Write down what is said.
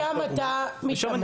ושם אתה מתאמן.